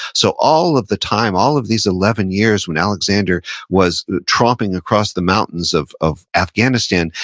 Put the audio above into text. so, all of the time, all of these eleven years when alexander was tromping across the mountains of of afghanistan,